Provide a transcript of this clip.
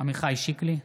עמיחי שיקלי,